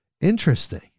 interesting